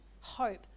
hope